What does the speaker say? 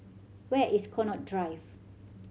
where is Connaught Drive